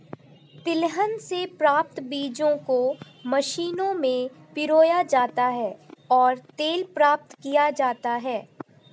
तिलहन से प्राप्त बीजों को मशीनों में पिरोया जाता है और तेल प्राप्त किया जाता है